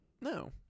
No